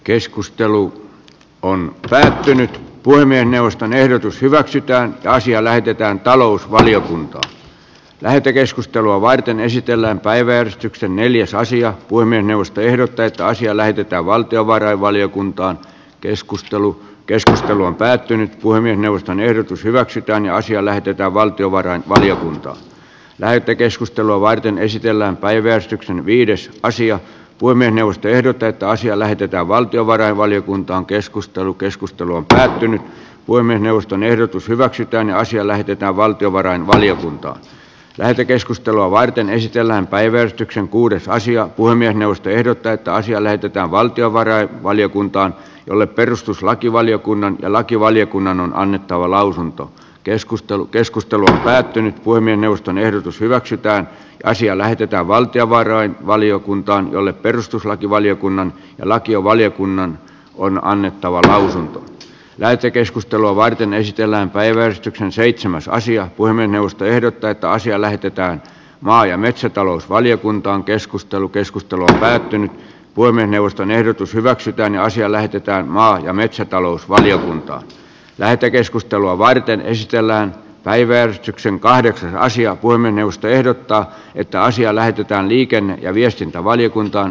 keskustelu on pysähtynyt puhemiesneuvoston ehdotus hyväksytään ja asia lähetetään talousvaliokuntaan lähetekeskustelua varten esitellään päiväystyksen neliosaisia kuin minusta ehdotetaan siellä pitää valtiovarainvaliokunta keskustelu keskustelu on päättynyt puhemiesneuvoston ehdotus hyväksytään ja asia lähetetään valtiovarainvaliokunta lähetekeskustelua varten ysitiellä on päivätty viides asiat poimienius tehdä täyttä asiaa lähdetään valtiovarainvaliokuntaan keskustelu keskustelu on päättynyt voimme neuvoston ehdotus hyväksytään ja siellä pitää valtiovarainvaliokunta lähetekeskustelua varten esitellään päivetyksen kuudessa asia kuin minusta ehdottaa että asia näytetään valtionvarain valiokuntaan jolle perustuslakivaliokunnan ja lakivaliokunnan on annettava lausunto keskustelu keskustelu päättynyt voimme neuvoston ehdotus hyväksytään asia lähetetään valtionvarain valiokuntaan jolle perustuslakivaliokunnan ja lakivaliokunnan on annettava lähetekeskustelua varten esitellään päiväystyksen seitsemäs asia kuin minusta ehdot täyttä asiaa lähestytään maa ja metsätalousvaliokuntaan keskustelu keskustelu päättynyt voimme neuvoston ehdotus hyväksytään naisia lähetetään maa ja metsätalousvaliokuntaan lähetekeskustelua varten ei kellään päiväystyksen kahdeksan naisia kuin puhemiesneuvosto ehdottaa että asia lähetetään liikenne ja viestintävaliokuntaan